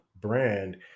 brand